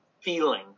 feeling